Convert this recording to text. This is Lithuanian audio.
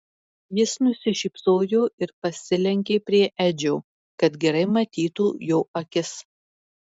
jis nusišypsojo ir pasilenkė prie edžio kad gerai matytų jo akis